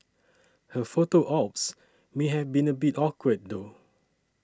her photo ops may have been a bit awkward though